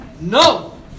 No